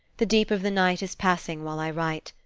the deep of the night is passing while i write.